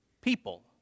people